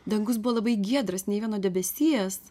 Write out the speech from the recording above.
dangus buvo labai giedras nei vieno debesies